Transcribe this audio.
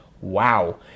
wow